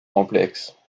complexe